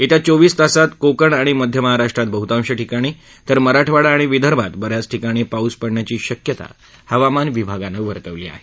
येत्या चौवीस तासात कोकण आणि मध्य महाराष्ट्रातबहतांश ठिकाणी तर मराठवाडा आणि विदर्भात बऱ्याच ठिकाणी पाऊस पडण्याची शक्यता हवामान विभागानं वर्तवली आहे